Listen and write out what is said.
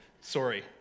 Sorry